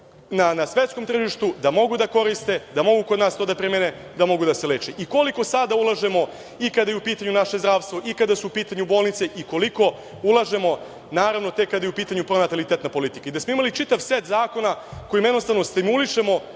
na svetskom tržištu, da mogu da koriste, da mogu to kod nas da primene, da mogu da se leče. Koliko sada ulažemo i kada je u pitanju naše zdravstvo i kada su u pitanju bolnice i koliko ulažemo naravno tek kada je u pitanju pronalitetna politika. Da smo imali čitav set zakona kojim jednostavno stimulišemo